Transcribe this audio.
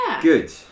Good